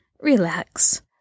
relax